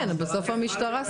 כן, בסוף המשטרה סוגרת.